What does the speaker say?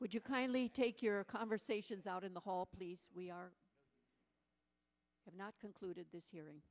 would you kindly take your conversations out in the hall please we are have not concluded this hearing